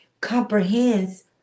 comprehends